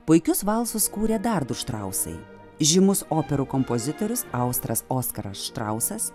puikius valsus kūrė dar du štrausai žymus operų kompozitorius austras oskaras štrausas